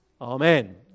Amen